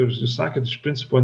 ir užsisakėt iš principo